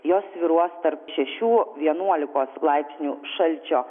jos svyruos tarp šešių vienuolikos laipsnių šalčio